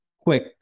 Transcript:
quick